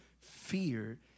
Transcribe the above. fear